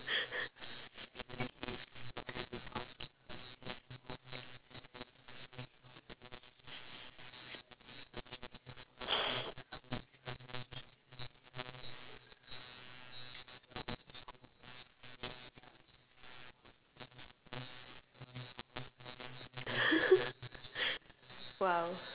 !wow!